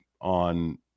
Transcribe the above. on